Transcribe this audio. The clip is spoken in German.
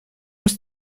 ist